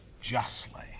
justly